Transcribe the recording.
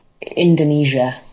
Indonesia